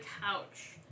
couch